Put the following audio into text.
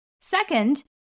Second